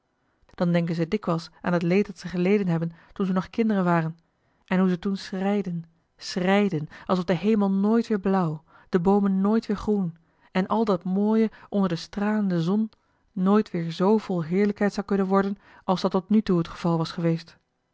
dan denken zij dikwijls aan het leed dat ze geleden hebben toen ze nog kinderen waren en hoe ze toen scheiden scheiden alsof de hemel nooit weer blauw de boomen nooit weer groen en al dat mooie onder de stralende zon nooit weer zoo vol joh h been paddeltje de scheepsjongen van michiel de uijter heerlijkheid zou kunnen worden als dat tot nu toe het geval was geweest